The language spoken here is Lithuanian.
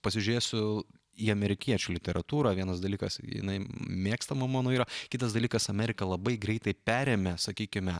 pasižiūrėsiu į amerikiečių literatūrą vienas dalykas jinai mėgstama mano yra kitas dalykas amerika labai greitai perėmė sakykime